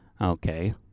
Okay